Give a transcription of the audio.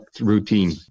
routine